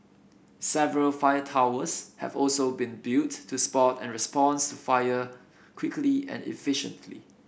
several fire towers have also been built to spot and responds to fire quickly and efficiently